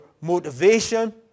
motivation